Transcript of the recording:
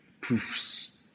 proofs